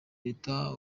leta